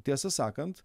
tiesą sakant